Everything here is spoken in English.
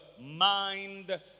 mind